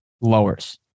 lowers